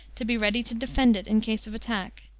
to be ready to defend it in case of attack.